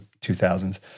2000s